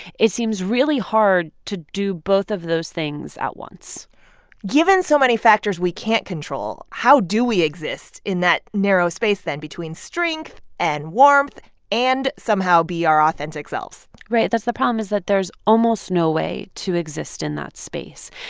it seems really hard to do both of those things at once given so many factors we can't control, how do we exist in that narrow space, then, between strength and warmth and somehow be our authentic selves? right. that's the problem is that there's almost no way to exist in that space.